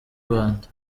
rwanda